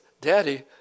Daddy